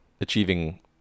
achieving